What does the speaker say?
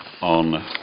on